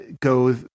go